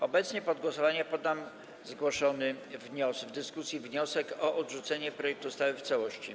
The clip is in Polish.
Obecnie pod głosowanie poddam zgłoszony w dyskusji wniosek o odrzucenie projektu ustawy w całości.